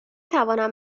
توانم